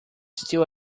still